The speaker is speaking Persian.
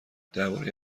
درباره